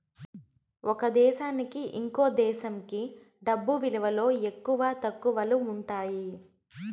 ఒక దేశానికి ఇంకో దేశంకి డబ్బు విలువలో తక్కువ, ఎక్కువలు ఉంటాయి